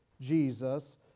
Jesus